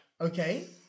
Okay